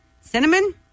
cinnamon